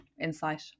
insight